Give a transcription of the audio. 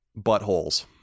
buttholes